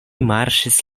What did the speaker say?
marŝis